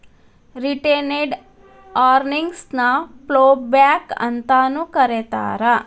retained earnings ನ ploughback ಅಂತಾನೂ ಕರೇತಾರ